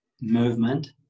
movement